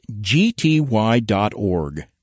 gty.org